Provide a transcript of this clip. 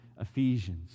Ephesians